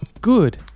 Good